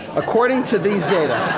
according to these data.